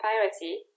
piracy